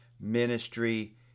Ministry